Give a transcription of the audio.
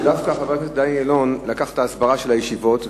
חבר הכנסת דני אילון דווקא לקח את ההסברה של הישיבות,